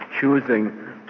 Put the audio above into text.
choosing